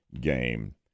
game